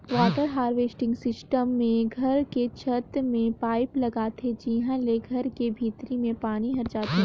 water harvesting system मे घर के छत में पाईप लगाथे जिंहा ले घर के भीतरी में पानी हर जाथे